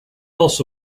loss